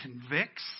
convicts